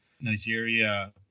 Nigeria